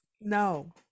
No